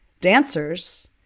dancers